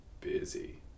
busy